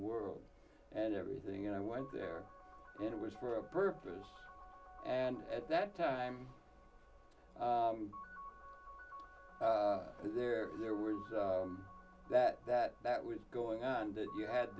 world and everything and i went there it was for a purpose and at that time there there was that that that was going on that you had